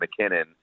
McKinnon